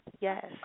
Yes